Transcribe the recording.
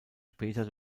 später